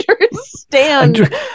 understand